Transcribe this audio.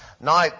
Now